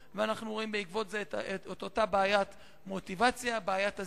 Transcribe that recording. בעקבות זה אנחנו רואים את אותה בעיית מוטיביציה ובעיית העזיבה,